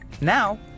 Now